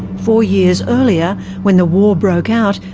four years earlier when the war broke out,